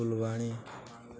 Phulbani